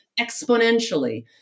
exponentially